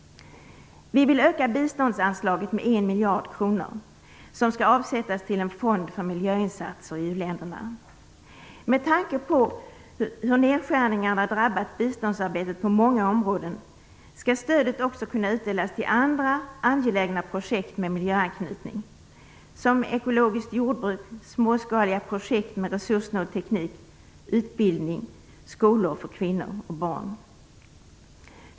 Vi vill öka biståndsanslaget med 1 miljard kronor som skall avsättas till en fond för miljöinsatser i uländerna. Med tanke på hur nedskärningarna drabbat biståndsarbetet på många områden skall stödet också kunna utdelas till andra angelägna projekt med miljöanknytning, som ekologiskt jordbruk, småskaliga projekt med resurssnål teknik, utbildning, skolor för kvinnor och barn.